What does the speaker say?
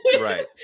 right